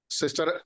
sister